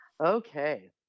Okay